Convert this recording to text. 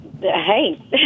Hey